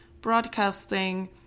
broadcasting